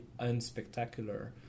unspectacular